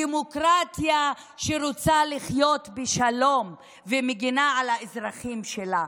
דמוקרטיה שרוצה לחיות בשלום ומגינה על האזרחים שלה.